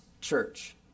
church